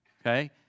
okay